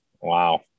Wow